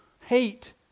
hate